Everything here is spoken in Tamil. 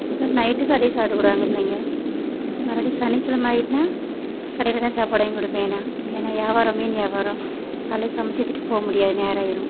அப்புறம் நைட்டுக்கு அதே சாப்பிட்டுக்குடுவாங்க பிள்ளைங்க மறுபடி சனிக்கிழம ஆயிட்டுன்னால் கடையில் தான் சாப்பாடு வாங்கிக்கொடுப்பேன் மெயின்னாக ஏன்னா யாவாரமே மீன் யாவாரம் காலையில் சமைத்து வச்சுட்டு போக முடியாது நேராயிடும்